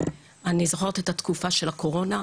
אני זוכרת את התקופה של הקורונה,